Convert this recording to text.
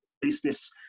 business